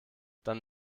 dann